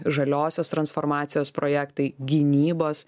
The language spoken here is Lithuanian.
žaliosios transformacijos projektai gynybos